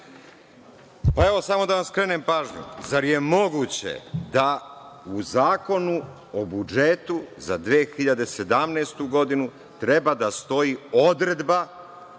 Krasić** Samo da vam skrenem pažnju. Zar je moguće da u Zakonu o budžetu za 2017. godinu treba da stoji odredba